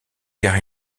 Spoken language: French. car